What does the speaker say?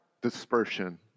dispersion